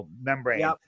membrane